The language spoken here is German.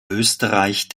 österreich